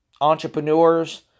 entrepreneurs